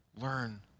learn